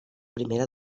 primera